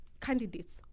candidates